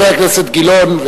חבר הכנסת גילאון,